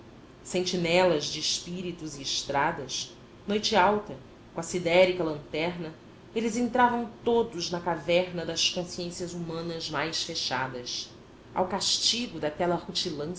sentinelas de espíritos e estradas noite alta com a sidérica lanterna eles entravam todos na caverna das consciências humanas mais fechadas ao castigo